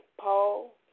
Paul